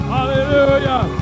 Hallelujah